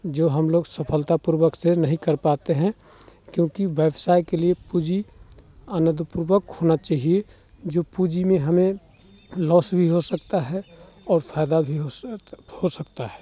जो हम लोग सफलतापूर्वक से नहीं कर पाते हैं क्योंकि व्यवसाय के लिए पूँजी अनुदीपूर्वक होना चाहिए जो पूँजी हमें लॉस भी हो सकता है और फ़ायदा भी हो सकता हो सकता है